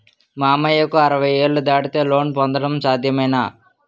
మామయ్యకు అరవై ఏళ్లు దాటితే లోన్ పొందడం సాధ్యమేనా?